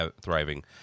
thriving